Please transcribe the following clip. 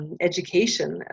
education